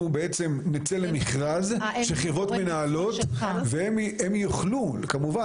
אנחנו בעצם נצא למכרז של חברות מנהלות והם יוכלו כמובן